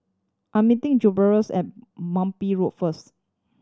I'm meeting at Munbi Road first